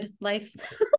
life